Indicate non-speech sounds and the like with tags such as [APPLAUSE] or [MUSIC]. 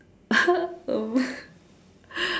[LAUGHS]